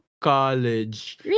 college